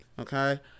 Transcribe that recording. okay